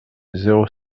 zéro